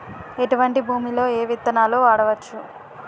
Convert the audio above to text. ఎటువంటి భూమిలో ఏ విత్తనాలు వాడవచ్చు?